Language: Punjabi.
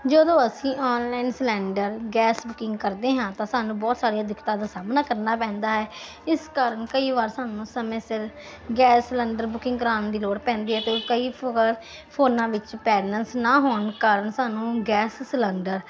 ਜਦੋਂ ਅਸੀਂ ਆਨਲਾਈਨ ਸਲੰਡਰ ਗੈਸ ਬੁਕਿੰਗ ਕਰਦੇ ਹਾਂ ਤਾਂ ਸਾਨੂੰ ਬਹੁਤ ਸਾਰੀਆਂ ਦਿੱਕਤਾਂ ਦਾ ਸਾਹਮਣਾ ਕਰਨਾ ਪੈਂਦਾ ਹੈ ਇਸ ਕਾਰਨ ਕਈ ਵਾਰ ਸਾਨੂੰ ਸਮੇਂ ਸਿਰ ਗੈਸ ਸਲੰਡਰ ਬੁਕਿੰਗ ਕਰਾਉਣ ਦੀ ਲੋੜ ਪੈਂਦੀ ਹੈ ਅਤੇ ਕਈ ਵਾਰ ਫੋਨਾਂ ਵਿੱਚ ਬੈਲੈਂਸ ਨਾ ਹੋਣ ਕਾਰਨ ਸਾਨੂੰ ਗੈਸ ਸਲੰਡਰ